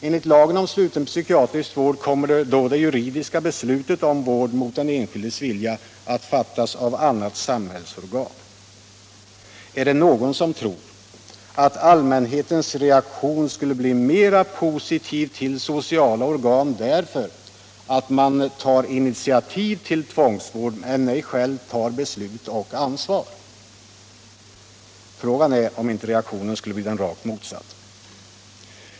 Enligt lagen om sluten psykiatrisk vård kommer då det juridiska beslutet om vård mot den enskildes vilja att fattas av annat samhällsorgan. Är det någon som tror att allmänhetens reaktion skulle bli mera positiv till sociala organ därför att man tar initiativet till tvångsvård men ej själv tar beslut och ansvar? Frågan är om inte reaktionen skulle bli den rakt motsatta.